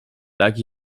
like